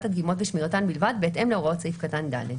הדגימות ושמירתן בלבד בהתאם להוראות סעיף קטן (ד).